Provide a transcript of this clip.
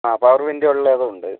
ആ power window ഉള്ളതും ഉണ്ട്